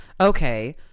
okay